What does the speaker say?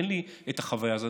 אין לי את החוויה הזאת,